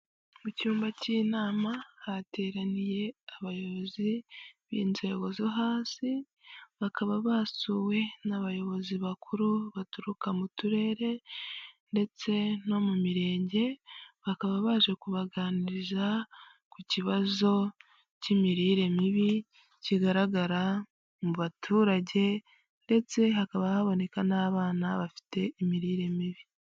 Mu cyumba cy'inama hateraniye abayobozi b'inzego zo hasi bakaba basuwe n'abayobozi bakuru baturuka mu turere ndetse no mu mirenge bakaba baje kubaganiriza ku kibazo cy'imirire mibi kigaragara mu baturage ndetse hakaba haboneka n'abana bafite imirire mibi.